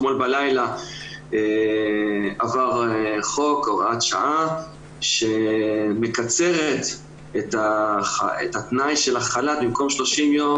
אתמול בלילה עברה הוראת שעה שמקצרת את התנאי של החל"ת במקום 30 יום